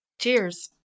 Cheers